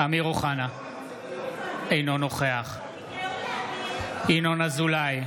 אינו נוכח ינון אזולאי,